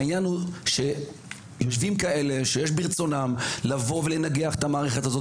העניין הוא שיושבים פה כאלה שיש ברצונם לנגח את המערכת הזאת,